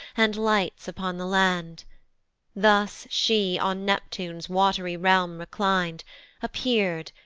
and lights upon the land thus she on neptune's wat'ry realm reclin'd appear'd,